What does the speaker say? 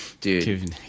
Dude